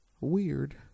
weird